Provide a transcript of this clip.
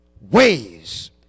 ways